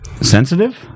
Sensitive